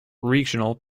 regional